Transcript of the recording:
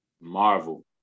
Marvel